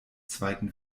zweiten